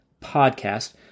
Podcast